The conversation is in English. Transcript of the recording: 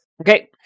Okay